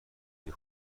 توی